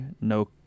no